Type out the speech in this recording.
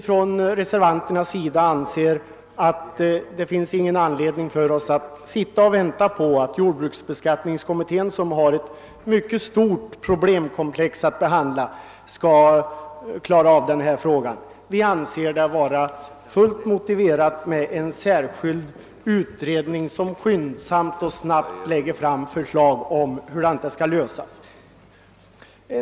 Vi reservanter anser att det inte finns någon anledning att avvakta jordbruksbeskattningskommitténs arbete, då denna har ett mycket stort problemkomplex att behandla. Vi anser det vara fullt motiverat med en särskild utredning som snabbt lägger fram förslag om hur frågan skall lösas.